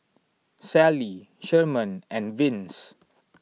Sallie Sherman and Vince